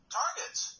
targets